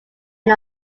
end